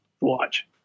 watch